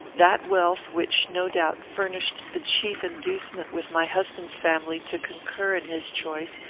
that wealth which, no doubt, furnished the chief inducement with my husband's family to concur in his choice,